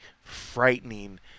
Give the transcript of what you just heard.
frightening